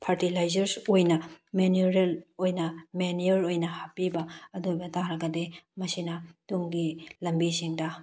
fertilisers ꯑꯣꯏꯅ mineral ꯑꯣꯏꯅ manure ꯑꯣꯏꯅ ꯍꯥꯞꯄꯤꯕ ꯑꯗꯨ ꯑꯣꯏꯕ ꯇꯥꯔꯒꯗꯤ ꯃꯁꯤꯅ ꯇꯨꯡꯒꯤ ꯂꯝꯕꯤꯁꯤꯡꯗ